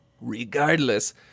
Regardless